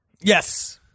Yes